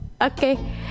Okay